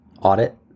audit